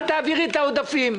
אל תעבירי את העודפים.